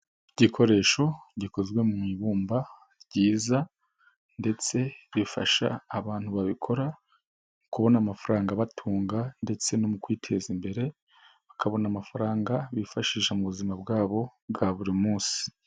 Igikoresho gikozwe mu ibumba ryiza ndetse rifasha abantu babikora kubona amafaranga abatunga ndetse no mu kwiteza imbere, bakabona amafaranga bifashisha mu buzima bwabo bwa buri munsi.